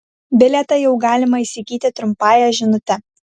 bilietą jau galima įsigyti trumpąja žinute